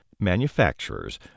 Manufacturers